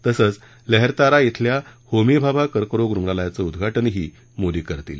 तसंच लहरतारा इथल्या होमी भाभा कर्करोग रुग्णालयाचं उद्घटनही मोदी करतील